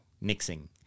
mixing